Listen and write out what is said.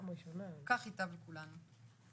כך ייטב לכולנו,